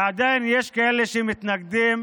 ועדיין יש כאלה שמתנגדים